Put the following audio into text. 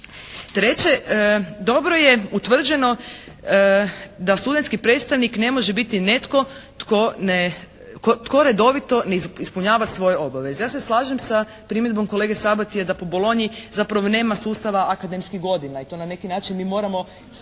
Treće. Dobro je utvrđeno da studentski predstavnik ne može biti netko tko redovito ne ispunjava svoje obaveze. Ja se slažem sa primjedbom kolege Sabatija da po Bologni zapravo nema sustava akademskih godina i to na neki način mi moramo stalno